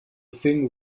thing